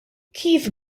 kif